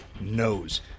knows